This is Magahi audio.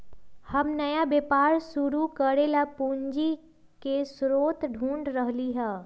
हम नया व्यापार शुरू करे ला पूंजी के स्रोत ढूढ़ रहली है